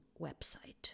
website